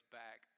back